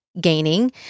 gaining